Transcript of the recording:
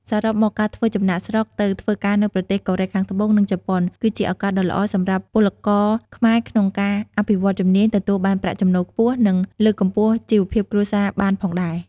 សរុបមក ការធ្វើចំណាកស្រុកទៅធ្វើការនៅប្រទេសកូរ៉េខាងត្បូង និងជប៉ុន គឺជាឱកាសដ៏ល្អសម្រាប់ពលករខ្មែរក្នុងការអភិវឌ្ឍជំនាញ ទទួលបានប្រាក់ចំណូលខ្ពស់ និងលើកកម្ពស់ជីវភាពគ្រួសារបានផងដែរ ។